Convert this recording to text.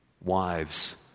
Wives